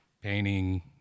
painting